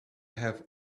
have